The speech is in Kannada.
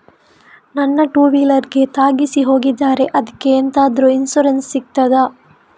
ನನ್ನ ಟೂವೀಲರ್ ಗೆ ತಾಗಿಸಿ ಹೋಗಿದ್ದಾರೆ ಅದ್ಕೆ ಎಂತಾದ್ರು ಇನ್ಸೂರೆನ್ಸ್ ಸಿಗ್ತದ?